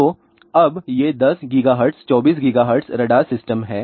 तो अब ये 10 GHz 24 GHz रडार सिस्टम हैं